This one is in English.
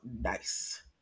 nice